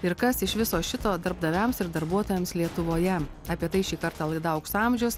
ir kas iš viso šito darbdaviams ir darbuotojams lietuvoje apie tai šį kartą laida aukso amžiaus